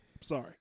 sorry